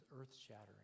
earth-shattering